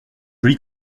jolie